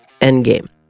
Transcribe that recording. Endgame